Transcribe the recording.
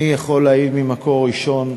אני יכול להעיד ממקור ראשון,